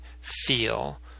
feel